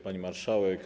Pani Marszałek!